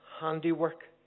handiwork